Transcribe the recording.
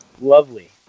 Lovely